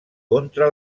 contra